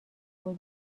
بود